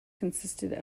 consisted